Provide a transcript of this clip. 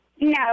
no